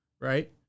right